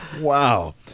Wow